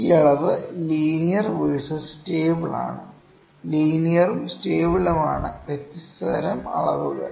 ഈ അളവ് linear versus stable ആണ് ലീനിയറും സ്റ്റേബിളുമാണ് വ്യത്യസ്ത തരം അളവുകൾ